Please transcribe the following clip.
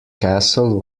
castle